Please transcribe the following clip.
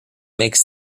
makes